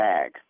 Bag